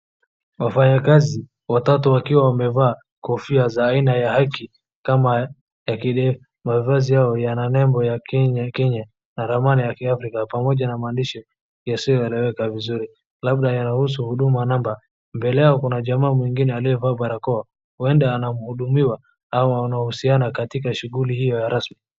Wafanyakazi watatu wakiwa wamevaa kofia ya aina ya haki kama vile mavazi yao ina label ya Kenya na alama ya Kiafrika pamoja na maandishi yasioeleweka vizuri. Labda kuhusu huduma number mbele yao kuna jamaa mwingine aliyevalia barakoa huenda anahudumiwa ama wanahusiana katika shughuli hiyo ya rasmi.